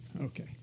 Okay